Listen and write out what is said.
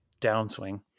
downswing